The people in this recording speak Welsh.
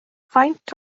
faint